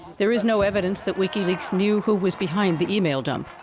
there is no evidence that wikileaks knew who was behind the email dump.